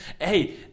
Hey